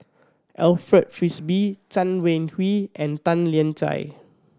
Alfred Frisby Chen Wen Hsi and Tan Lian Chye